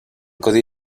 codi